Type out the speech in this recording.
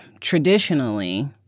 traditionally